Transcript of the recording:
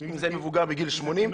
אם זה מבוגר בגיל 80,